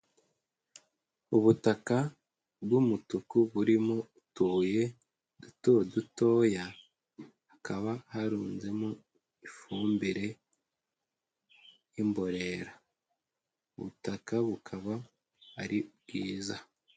Ubutaka bw'umutuku burimo utubuye duto dutoya, hakaba harunzemo ifumbire y'imborera, ubutaka bukaba ari bwiza.